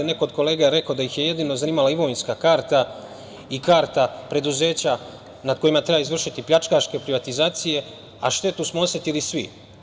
Neko od kolega je rekao da ih jedino zanimala imovinska karta i karta preduzeća na kojima treba izvršiti pljačkaške privatizacije, a štetu smo osetili svi.